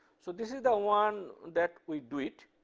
so this is the one that we do it.